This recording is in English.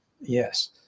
Yes